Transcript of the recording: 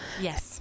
Yes